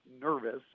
nervous